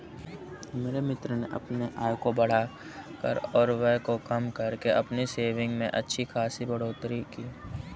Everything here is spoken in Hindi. मेरे मित्र ने अपने आय को बढ़ाकर और व्यय को कम करके अपनी सेविंग्स में अच्छा खासी बढ़ोत्तरी की